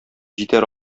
җитәр